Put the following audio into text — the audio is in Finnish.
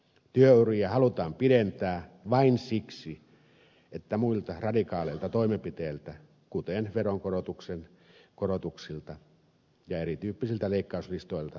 työuria halutaan pidentää vain siksi että vältyttäisiin muilta radikaaleilta toimenpiteiltä kuten veronkorotuksilta ja erityyppisiltä leikkauslistoilta